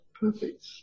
perfect